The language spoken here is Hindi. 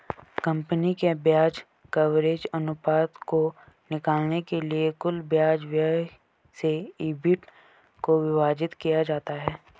कंपनी के ब्याज कवरेज अनुपात को निकालने के लिए कुल ब्याज व्यय से ईबिट को विभाजित किया जाता है